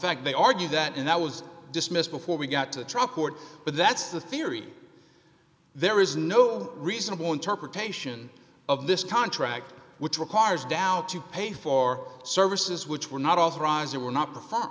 fact they argue that and i was dismissed before we got to trial court but that's the theory there is no reasonable interpretation of this contract which requires doubt to pay for services which were not authorized or were not